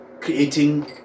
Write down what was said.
creating